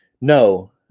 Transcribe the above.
No